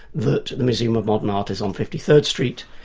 that the museum of modern art is on fifty third street,